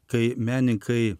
kai menininkai